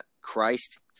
Christ